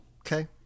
okay